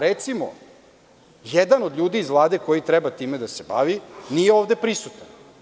Recimo, jedan od ljudi iz Vlade koji treba time da se bavi nije ovde prisutan.